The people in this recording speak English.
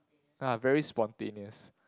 ah very spontaneous